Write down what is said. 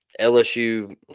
LSU